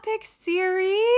series